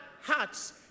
hearts